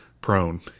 prone